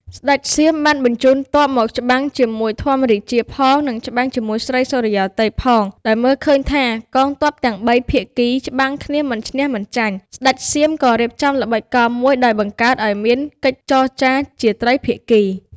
ស្ដេចសៀមបានបញ្ជូនទ័ពមកច្បាំងជាមួយ ធម្មរាជាផង និងច្បាំងជាមួយ ស្រីសុរិយោទ័យផង ដោយមើលឃើញថាកងទ័ពទាំងបីភាគី ច្បាំងគ្នាមិនឈ្នះមិនចាញ់ ស្ដេចសៀមក៏រៀបចំល្បិចកលមួយ ដោយបង្កើតឱ្យមានកិច្ចចរចារជាត្រីភាគី។